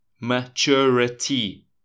Maturity